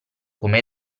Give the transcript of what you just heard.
come